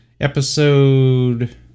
episode